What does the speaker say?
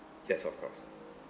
yes of course